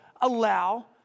allow